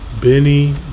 Benny